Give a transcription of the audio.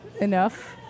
enough